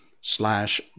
Slash